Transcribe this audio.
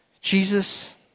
Jesus